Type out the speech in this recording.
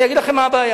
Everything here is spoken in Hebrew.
אני אגיד לכם מה הבעיה.